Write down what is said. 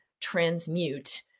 transmute